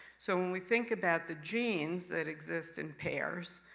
so, when we think about the genes that exist in pairs,